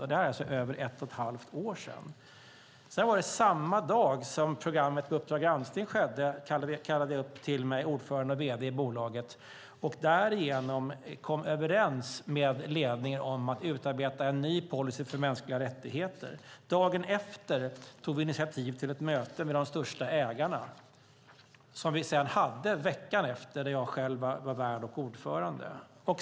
Det här är alltså över ett och ett halvt år sedan. Samma dag som Uppdrag granskning sändes kallade jag till mig ordförande och vd i bolaget och kom då överens med ledningen om att utarbeta en ny policy för mänskliga rättigheter. Dagen efter tog vi initiativ till ett möte med de största ägarna som vi sedan hade veckan efter och där jag själv var värd och ordförande.